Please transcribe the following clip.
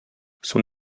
son